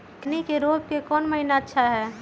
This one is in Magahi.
खैनी के रोप के कौन महीना अच्छा है?